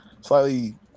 slightly